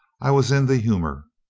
i was in the humor.